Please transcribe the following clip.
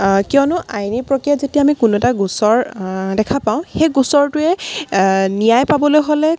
কিয়নো আইনী প্ৰক্ৰীয়াত যেতিয়া আমি কোনো এটা গোচৰ দেখা পাওঁ সেই গোচৰটোয়ে ন্যায় পাবলৈ হ'লে